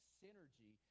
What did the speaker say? synergy